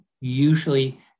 usually